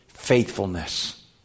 faithfulness